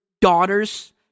daughters